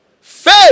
Faith